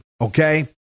okay